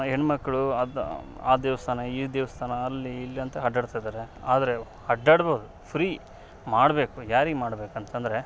ಹೆಣ್ಣು ಮಕ್ಳು ಆ ದೇವ್ಸ್ಥಾನ ಈ ದೇವ್ಸ್ಥಾನ ಅಲ್ಲಿ ಇಲ್ಲಿ ಅಂತ ಅಡ್ಡಾಡ್ತಿದ್ದಾರೆ ಆದ್ರೆ ಅಡ್ಡಾಡ್ಬೋದು ಫ್ರೀ ಮಾಡಬೇಕು ಯಾರಿಗೆ ಮಾಡಬೇಕು ಅಂತಂದ್ರೆ